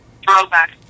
throwback